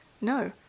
No